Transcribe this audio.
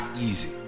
easy